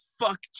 fuck